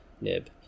nib